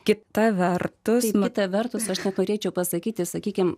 kita vertus nuo to vertus aš norėčiau pasakyti sakykime